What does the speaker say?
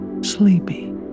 sleepy